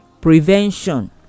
Prevention